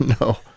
No